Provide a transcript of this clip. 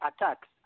attacks